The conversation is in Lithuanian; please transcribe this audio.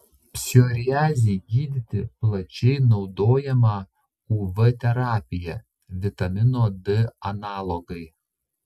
psoriazei gydyti plačiai naudojama uv terapija vitamino d analogai